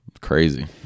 Crazy